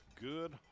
good